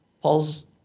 Paul's